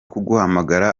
kuguhamagara